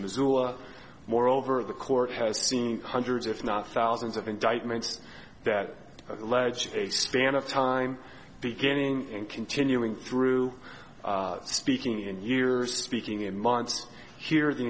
missoula moreover the court has seen hundreds if not thousands of indictments that allege a span of time beginning and continuing through speaking in years speaking in months here the